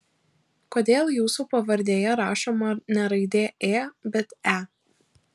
kodėl jūsų pavardėje rašoma ne raidė ė bet e